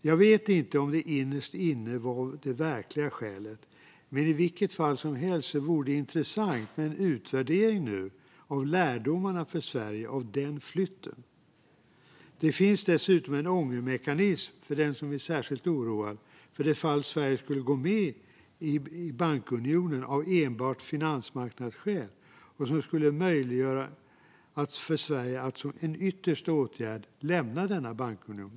Jag vet inte om det innerst inne var det verkliga skälet, men i vilket fall som helst vore det intressant att nu göra en utvärdering av lärdomarna för Sverige av flytten. Det finns dessutom en ångermekanism - för den som är särskilt oroad - för det fall Sverige skulle gå med i bankunionen av enbart finansmarknadsskäl. Det skulle möjliggöra för Sverige att, som en yttersta åtgärd, lämna denna bankunion.